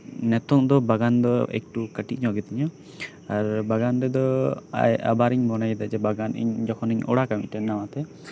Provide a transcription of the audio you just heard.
ᱱᱤᱛᱚᱜ ᱫᱚ ᱵᱟᱜᱟᱱ ᱫᱚ ᱮᱠᱴᱩ ᱠᱟᱹᱴᱤᱡ ᱧᱚᱜ ᱜᱮᱛᱤᱧᱟ ᱟᱨ ᱵᱟᱜᱟᱱ ᱨᱮᱫᱚ ᱟᱵᱟᱨ ᱤᱧ ᱢᱚᱱᱮᱭᱮᱫᱟ ᱵᱟᱜᱟᱱᱤᱧ ᱡᱚᱠᱷᱚᱱ ᱤᱧ ᱚᱲᱟᱜᱼᱟ ᱢᱤᱫᱴᱮᱱ ᱱᱟᱶᱟ ᱛᱮ